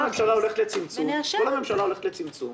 לא יכול להיות שכל הממשלה הולכת לצמצום